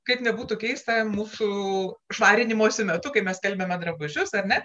kaip nebūtų keista mūsų švarinimosi metu kai mes skelbiame drabužius ar ne